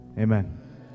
amen